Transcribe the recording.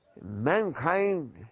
mankind